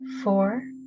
four